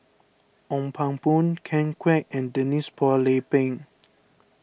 Ong Pang Boon Ken Kwek and Denise Phua Lay Peng